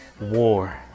War